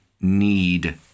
need